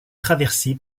traversée